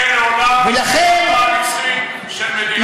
לא הייתה מדינה פלסטינית מעולם,